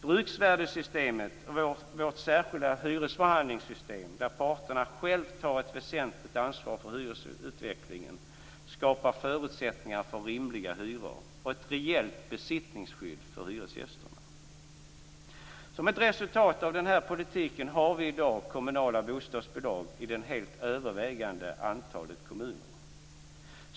Bruksvärdessystemet och vårt särskilda hyresförhandlingssystem där parterna själva tar ett väsentligt ansvar för hyresutvecklingen skapar förutsättningar för rimliga hyror och för ett rejält besittningsskydd för hyresgästerna. Som ett resultat av denna politik har vi i dag kommunala bostadsbolag i det helt övervägande antalet kommuner.